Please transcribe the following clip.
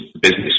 business